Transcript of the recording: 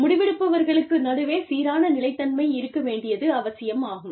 முடிவெடுப்பவர்களுக்கு நடுவே சீரான நிலைத்தன்மை இருக்க வேண்டியது அவசியமாகும்